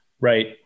Right